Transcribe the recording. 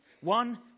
One